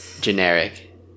generic